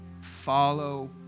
Follow